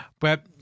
But-